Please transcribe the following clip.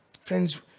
Friends